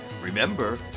Remember